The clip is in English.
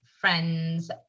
friends